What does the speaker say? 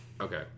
Okay